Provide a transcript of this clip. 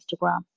Instagram